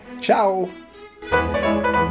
Ciao